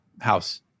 house